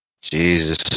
Jesus